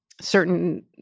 certain